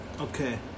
Okay